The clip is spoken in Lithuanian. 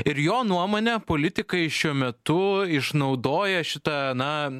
ir jo nuomone politikai šiuo metu išnaudoja šitą na